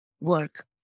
work